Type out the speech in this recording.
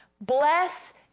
Bless